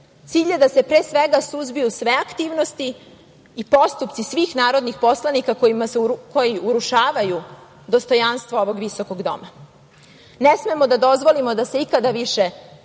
cilj je da se pre svega suzbiju sve aktivnosti i postupci svih narodnih poslanika koji urušavaju dostojanstvo ovog visokog doma. Ne smemo da dozvolimo da se ikada više